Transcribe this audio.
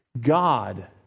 God